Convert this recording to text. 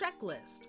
checklist